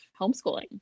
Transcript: homeschooling